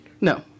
No